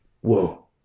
whoa